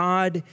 God